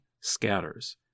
scatters